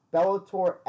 Bellator